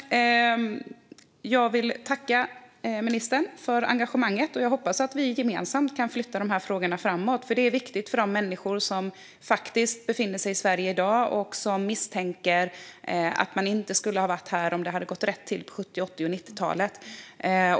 Jag vill tacka ministern för engagemanget. Jag hoppas att vi gemensamt kan flytta frågorna framåt. Det är viktigt för de människor i Sverige som misstänker att de inte hade befunnit sig här om det hade gått rätt till på 70, 80 och 90-talen.